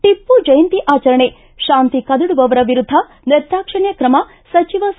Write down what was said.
ಟಿಪ್ಪು ಜಯಂತಿ ಆಚರಣೆ ಶಾಂತಿ ಕದಡುವವರ ವಿರುದ್ಧ ನಿರ್ದಾಕ್ಷಿಣ್ಯ ಕ್ರಮ ಸಚಿವ ಸಾ